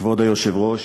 כבוד היושב-ראש,